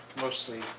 mostly